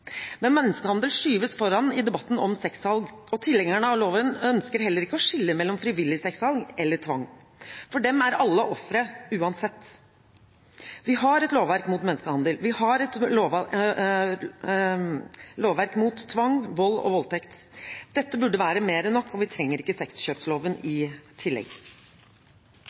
Men menneskehandel skyves foran i debatten om sexsalg, og tilhengerne av loven ønsker heller ikke å skille mellom frivillig sexsalg og tvang. For dem er alle ofre – uansett. Vi har et lovverk mot menneskehandel. Vi har et lovverk mot tvang, vold og voldtekt. Dette burde være mer enn nok – vi trenger ikke sexkjøpsloven i tillegg.